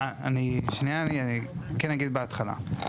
שניה אני כן אגיד בהתחלה,